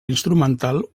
instrumental